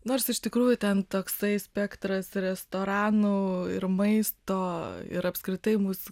nors iš tikrųjų ten toks spektras restoranų ir maisto ir apskritai mūsų